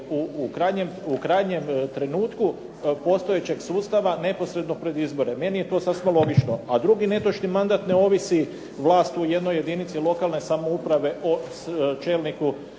u krajnjem trenutku postojećeg sustava neposredno pred izbore. Meni je to sasma logično. A drugi netočni mandat ne ovisi vlast u jednoj jedinici lokalne samouprave o čelniku